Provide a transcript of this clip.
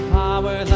power